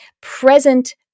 present